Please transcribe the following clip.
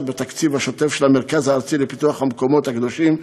בתקציבו השוטף של המרכז הארצי לפיתוח המקומות הקדושים,